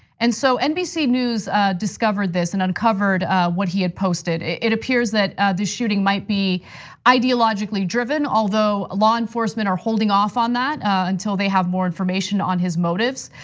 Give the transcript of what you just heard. and so nbc news discovered this and uncovered what he had posted. it it appears that the shooting might be ideologically driven, although law enforcement are holding off on that until they have more information on his motives.